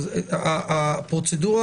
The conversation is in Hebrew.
הפרוצדורה,